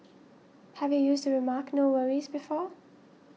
have you used the remark no worries before